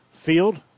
field